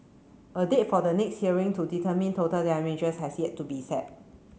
a date for the next hearing to determine total damages has yet to be set